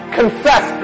confess